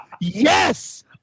Yes